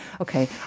Okay